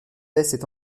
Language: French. espèce